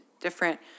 different